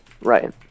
Right